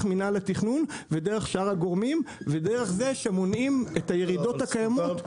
מינהל התכנון ודרך שאר הגורמים ודרך זה שמונעים את הירידות הקיימות.